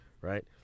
right